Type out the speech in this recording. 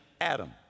Adam